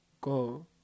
Go